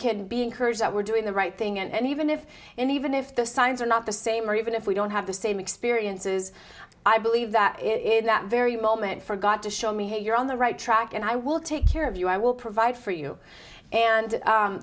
can be encouraged that we're doing the right thing and even if and even if the signs are not the same or even if we don't have the same experiences i believe that it is that very moment for god to show me hey you're on the right track and i will take care of you i will provide for you and